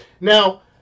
Now